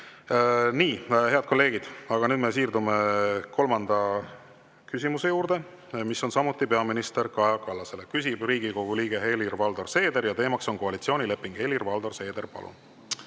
Nii, head kolleegid! Nüüd me siirdume kolmanda küsimuse juurde, mis on samuti peaminister Kaja Kallasele. Küsib Riigikogu liige Helir-Valdor Seeder ja teema on koalitsioonileping. Helir-Valdor Seeder, palun!